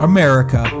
America